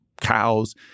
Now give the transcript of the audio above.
cows